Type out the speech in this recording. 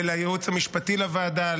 ולייעוץ המשפטי לוועדה,